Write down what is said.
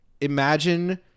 imagine